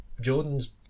jordan's